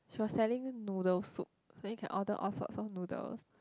she was selling noodle soup so you can order all sorts of noodles